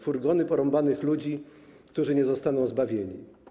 Furgony porąbanych ludzi/ Którzy nie zostaną zbawieni/